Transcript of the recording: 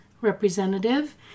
representative